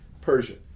Persian